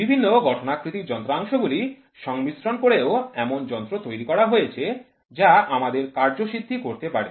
বিভিন্ন গঠনাকৃতি যন্ত্রাংশ গুলি সংমিশ্রণ করেও এমন যন্ত্র তৈরি করা হয়েছে যা আমাদের কার্যসিদ্ধি করতে পারে